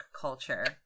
culture